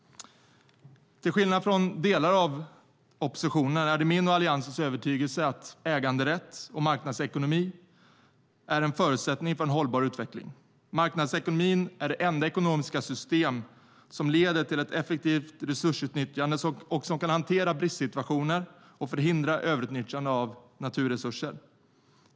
Till skillnad från delar av oppositionen är det min och Alliansens övertygelse att äganderätt och marknadsekonomi är en förutsättning för en hållbar utveckling. Marknadsekonomin är det enda ekonomiska system som leder till ett effektivt resursutnyttjande och som kan hantera bristsituationer och förhindra överutnyttjande av naturresurser.